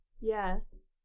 Yes